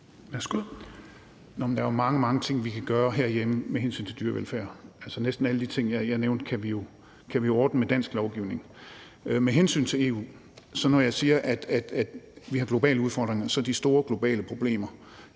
der er jo mange ting, vi kan gøre herhjemme, når det drejer sig om dyrevelfærd. Altså, næsten alle de ting, som jeg nævnte, kan vi jo ordne med dansk lovgivning. Til det om EU: Når jeg siger, at vi har globale udfordringer, er det, fordi de store, globale problemer,